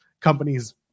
companies